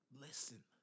listen